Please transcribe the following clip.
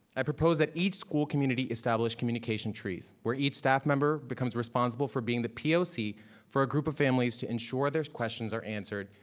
i propose that each school community establish communication trees, where each staff member becomes responsible for being the poc for a group of families to ensure their questions are answered,